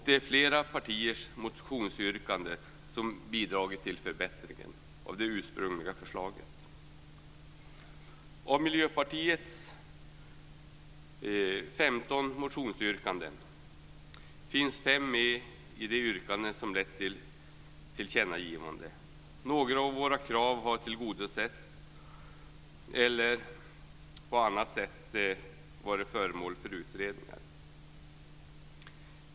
Det är flera partiers motionsyrkanden som har bidragit till förbättringen av det ursprungliga förslaget. Av Miljöpartiets 15 motionsyrkanden finns fem med i de yrkanden som lett till tillkännagivanden. Några av våra krav har tillgodosetts eller på annat sätt varit föremål för utredningar.